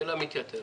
אז השאלה מתייתרת.